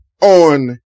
on